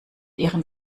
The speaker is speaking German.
ihren